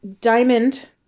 diamond